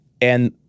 And-